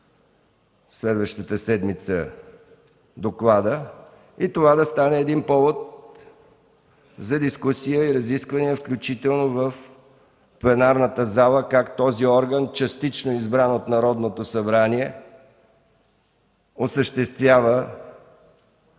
следващата седмица доклада и това да стане повод за дискусия и разискване включително в пленарната зала – как този орган, частично избран от Народното събрание, осъществява